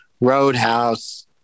Roadhouse